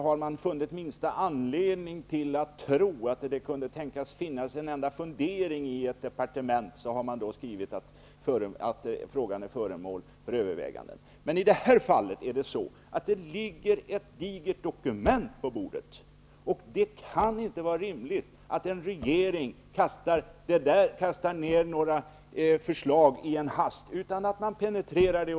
Har man funnit minsta anledning att tro att det kunde finnas en enda fundering i ett departement, har man skrivit att en viss fråga är föremål för övervägande. I det här fallet ligger emellertid ett digert dokument på bordet. Det kan inte vara rimligt att en regering i all hast kastar fram förslag. I stället måste en ordentlig penetrering göras.